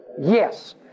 Yes